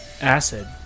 acid